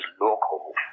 local